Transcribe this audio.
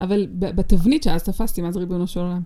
אבל בתבנית שאז תפסתי מה זה ריבונו של עולם...